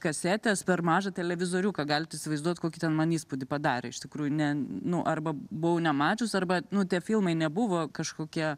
kasetes per mažą televizoriuką galit įsivaizduot kokį ten man įspūdį padarė iš tikrųjų ne nu arba buvau nemačius arba nu tie filmai nebuvo kažkokie